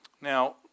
Now